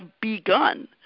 begun